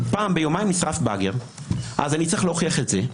פעם ביומיים נשרף באגר, אז אני צריך להוכיח את זה.